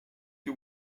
you